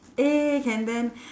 egg and then